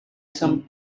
some